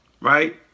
right